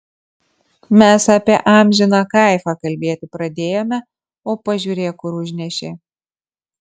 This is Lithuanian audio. mes apie amžiną kaifą kalbėti pradėjome o pažiūrėk kur užnešė